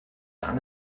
dann